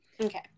Okay